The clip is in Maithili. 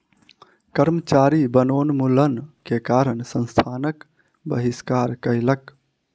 कर्मचारी वनोन्मूलन के कारण संस्थानक बहिष्कार कयलक